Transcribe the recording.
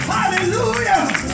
Hallelujah